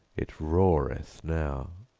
it roareth now.